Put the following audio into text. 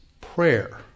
prayer